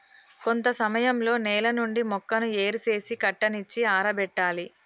కొంత సమయంలో నేల నుండి మొక్కను ఏరు సేసి కట్టనిచ్చి ఆరబెట్టాలి